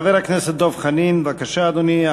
חבר הכנסת דב חנין, בבקשה, אדוני.